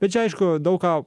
bet čia aišku daug ką